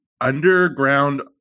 underground